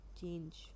change